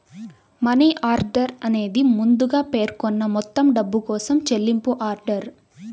money order అనేది ముందుగా పేర్కొన్న మొత్తం డబ్బు కోసం చెల్లింపు ఆర్డర్